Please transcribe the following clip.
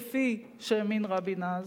כפי שהאמין רבין אז,